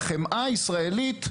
החמאה הישראלית,